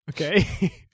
Okay